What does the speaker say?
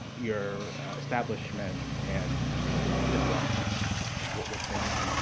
your establishment and disrupt what's going on.